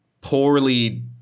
poorly